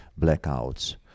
blackouts